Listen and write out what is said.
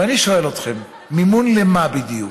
ואני שואל אתכם, מימון למה בדיוק?